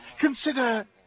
Consider